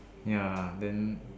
ya then